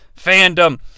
fandom